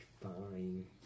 fine